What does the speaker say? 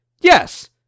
Yes